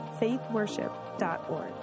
faithworship.org